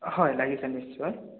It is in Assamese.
হয় লাগিছে নিশ্চয়